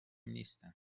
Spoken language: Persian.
نیستند